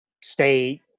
state